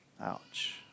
Ouch